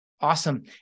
Awesome